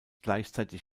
gleichzeitig